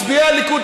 מצביעי הליכוד,